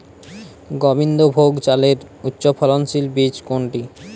গোবিন্দভোগ চালের উচ্চফলনশীল বীজ কোনটি?